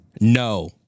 no